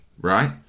Right